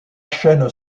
chaîne